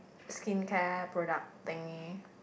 skincare product thingy